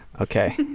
Okay